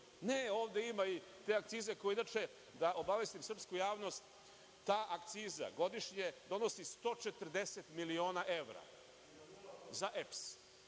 Ne, ovde imaju i te akcize. Inače da obavestim srpsku javnost, ta akciza godišnje donosi 140 miliona evra za EPS